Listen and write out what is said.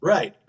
Right